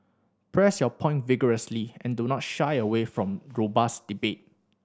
press your points vigorously and do not shy away from robust debate